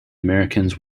americans